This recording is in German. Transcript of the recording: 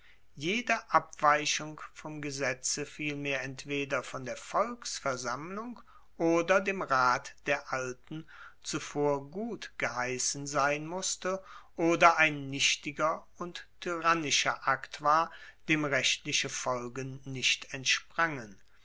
jede abweichung vom gesetze vielmehr entweder von der volksversammlung und dem rat der alten zuvor gutgeheissen sein musste oder ein nichtiger und tyrannischer akt war dem rechtliche folgen nicht entsprangen